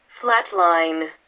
Flatline